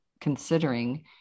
considering